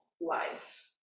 life